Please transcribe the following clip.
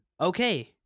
Okay